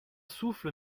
souffle